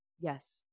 Yes